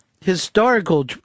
historical